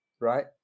right